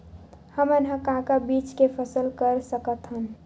हमन ह का का बीज के फसल कर सकत हन?